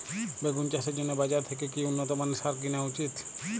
বেগুন চাষের জন্য বাজার থেকে কি উন্নত মানের সার কিনা উচিৎ?